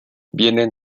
vienen